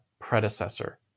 predecessor